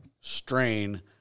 strain